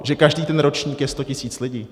Že každý ten ročník je sto tisíc lidí?